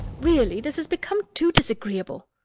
really, this has become too disagreeable.